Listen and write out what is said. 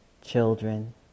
children